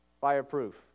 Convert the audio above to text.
Fireproof